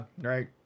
Right